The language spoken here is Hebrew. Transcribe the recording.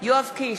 יואב קיש,